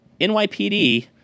nypd